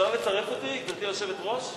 אפשר לצרף אותי, גברתי היושבת-ראש?